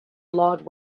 lord